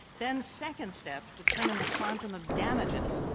then second step, determine the quantum of damages,